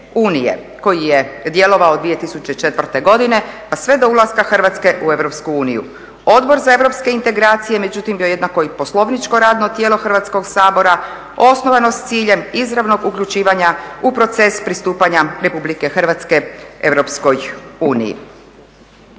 koji je djelovao 2004. godine pa sve do ulaska Hrvatske u Europsku uniju. Odbor za Europske integracije međutim bio je jednako i poslovničko radno tijelo Hrvatskoga sabora osnovano s ciljem izravnog uključivanja u proces pristupanja Republike Hrvatske